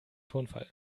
tonfall